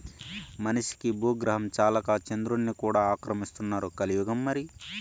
మనిషికి బూగ్రహం చాలక చంద్రుడ్ని కూడా ఆక్రమిస్తున్నారు కలియుగం మరి